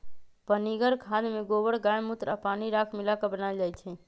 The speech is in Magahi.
पनीगर खाद में गोबर गायमुत्र आ पानी राख मिला क बनाएल जाइ छइ